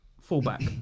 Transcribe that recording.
fullback